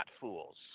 fools